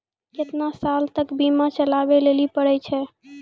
केतना साल तक बीमा चलाबै लेली पड़ै छै?